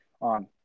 on